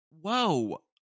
Whoa